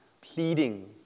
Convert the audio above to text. pleading